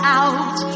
out